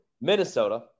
minnesota